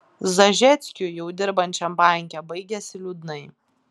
zažeckiui jau dirbančiam banke baigėsi liūdnai